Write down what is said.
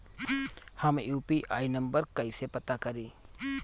हम UPI number कइसे पता करी?